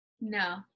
No